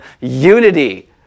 unity